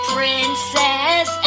Princess